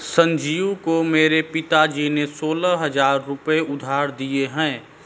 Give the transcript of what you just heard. संजीव को मेरे पिताजी ने सोलह हजार रुपए उधार दिए हैं